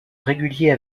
réguliers